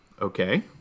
Okay